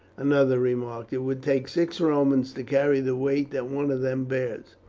another remarked. it would take six romans to carry the weight that one of them bears.